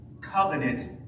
covenant